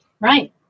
Right